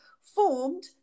formed